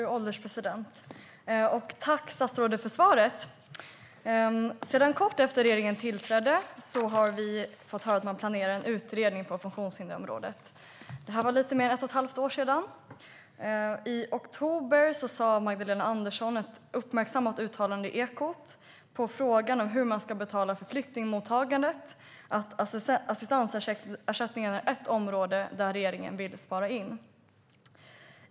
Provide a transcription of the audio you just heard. Fru ålderspresident! Jag tackar statsrådet för svaret. Sedan kort efter att regeringen tillträdde för lite mer än ett och ett halvt år sedan har vi fått höra att man planerar en utredning på funktionshindersområdet. I oktober gjorde Magdalena Andersson ett uppmärksammat uttalande i Ekot . Som svar på frågan hur man ska betala för flyktingmottagandet sa hon att assistansersättningen är ett område där regeringen vill spara in.